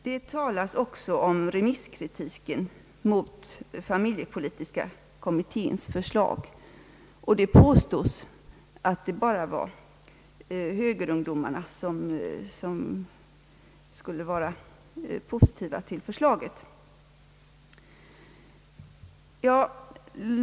Det talas även om remisskritiken mot familjepolitiska kommitténs förslag, och det påstås att det bara var högerungdomarna som skulle vara positiva till förslaget.